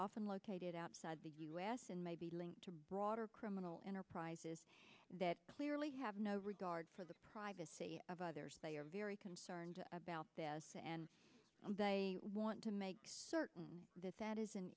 often located outside the u s and may be linked to broader criminal enterprises that clearly have no regard for the privacy of others they are very concerned about this and they want to make certain that that is an